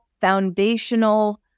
foundational